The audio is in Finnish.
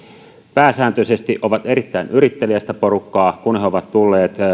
pääsääntöisesti ovat erittäin yritteliästä porukkaa kun he ovat tulleet